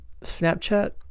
Snapchat